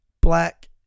black